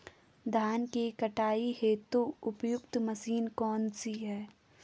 धान की कटाई हेतु उपयुक्त मशीन कौनसी है?